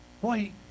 Boy